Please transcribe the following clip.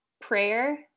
prayer